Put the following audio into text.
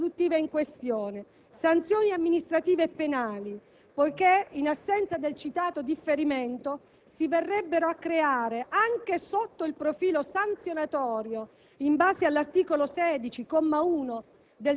produttive in questione e sanzioni amministrative e penali. Infatti, in assenza del citato differimento si verrebbe a creare, anche sotto il profilo sanzionatorio, in base all'articolo 16,